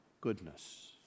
goodness